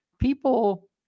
People –